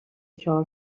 چهار